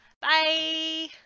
Bye